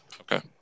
Okay